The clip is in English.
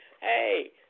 Hey